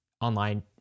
online